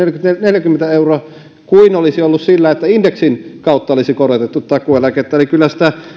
neljäkymmentä euroa kuin olisi ollut sillä että indeksin kautta olisi korotettu takuueläkettä kyllä sitä